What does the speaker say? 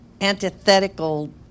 antithetical